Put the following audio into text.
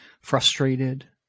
frustrated